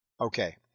okay